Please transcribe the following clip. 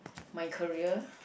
my career